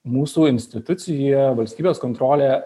mūsų institucija valstybės kontrolė